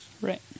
Right